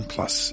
Plus